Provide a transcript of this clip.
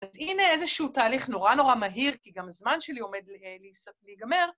אז הנה איזשהו תהליך נורא נורא מהיר, כי גם הזמן שלי עומד להיגמר.